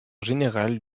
général